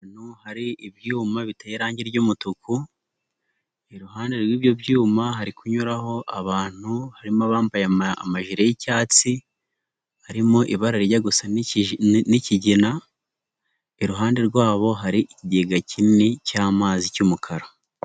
Ahantu hari ibyuma biteye irangi ry'umutuku iruhande rw'ibyo byuma hari kunyuraho abantu , harimo abambaye amajire y'icyatsi, arimo ibarara rijya gusa n'ikigina iruhande rwabo hari ikigega kinini cy'amazi cy'umukara.